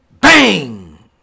Bang